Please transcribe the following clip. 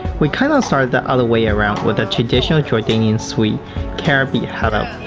we kind of started the other way around with a traditional jordanian sweets karabeej halab.